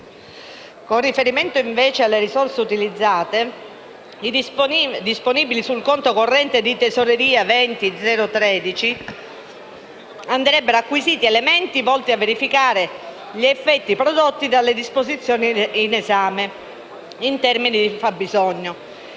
Con riferimento - invece - alle risorse utilizzate, disponibili sul conto corrente di Tesoreria 20013, andrebbero acquisiti elementi volti a verificare gli effetti prodotti dalle disposizioni in esame in termini di fabbisogno,